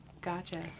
gotcha